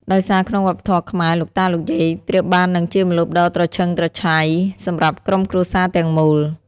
ដោយសារ ក្នុងវប្បធម៌ខ្មែរ លោកតាលោកយាយប្រៀបបានហ្នឹងជាម្លប់ដ៏ត្រឈឹងត្រឈៃសម្រាប់ក្រុមគ្រួសារទាំងមូល។